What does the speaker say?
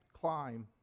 climb